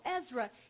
Ezra